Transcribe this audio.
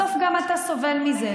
בסוף גם אתה סובל מזה.